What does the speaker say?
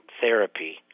therapy